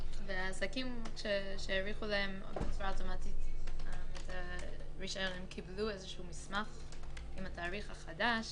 העסקים שהאריכו להם אוטומטית את הרשיון קיבלו מסמך עם התאריך החדש?